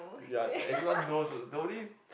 ya everyone knows the only